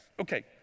Okay